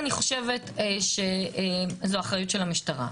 אני חושבת שזו אחריות של המשטרה,